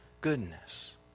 goodness